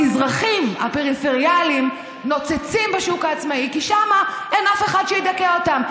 המזרחים הפריפריאליים נוצצים בשוק העצמאי כי שם אין אף אחד שידכא אותם.